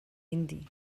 indi